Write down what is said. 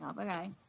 Okay